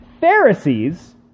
Pharisees